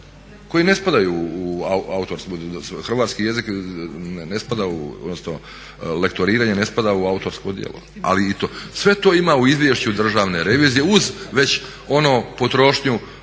koji ne spadaju u, hrvatski jezik, odnosno lektoriranje ne spada u autorsko djelo. Sve to ima u izvješću Državne revizije uz već onu potrošnju